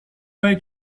way